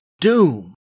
Doom